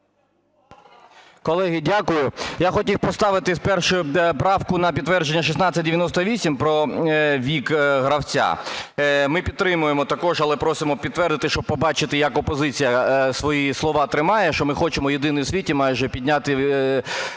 Колеги, дякую. Я хотів поставити спершу правку на підтвердження 1698 – про вік гравця. Ми підтримуємо також, але просимо підтвердити, щоб побачити, як опозиція свої слова тримає, що ми хочемо єдині в світі майже підняти вік